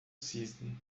cisne